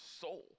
soul